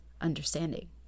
understanding